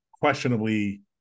questionably